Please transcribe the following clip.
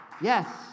Yes